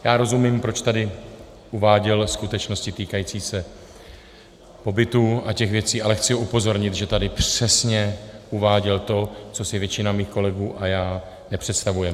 Já rozumím, proč tady uváděl skutečnosti týkající se pobytu a těch věcí, ale chci upozornit, že tady přesně uváděl to, co si většina mých kolegů a já nepředstavujeme.